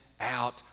out